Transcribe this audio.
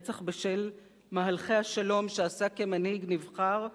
רצח בשל מהלכי השלום שעשה כמנהיג נבחר,